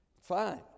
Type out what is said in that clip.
Fine